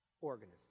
organism